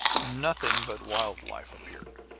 nothing but wild life appeared.